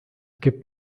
gibt